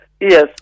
Yes